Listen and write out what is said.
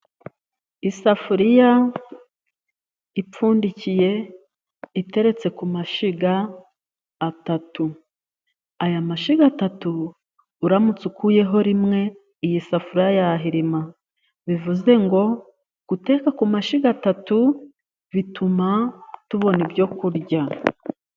Isafuriya ipfundikiye iteretse ku mashyiga atatu. Aya mashyiga atatu uramutse ukuyeho rimwe iyi safuriya yahirima, bivuze ngo guteka ku mashyiga atatu bituma tubona ibyo kurya.